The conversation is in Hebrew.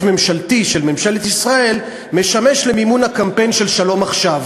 ממשלתי של ממשלת ישראל משמש למימון הקמפיין של "שלום עכשיו".